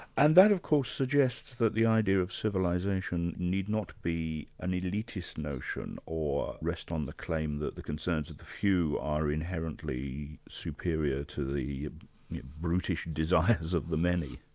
and that of course suggests that the idea of civilisation need not be ah an elitist notion or rest on the claim that the concerns of the few are inherently superior to the brutish desires of the many.